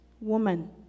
Woman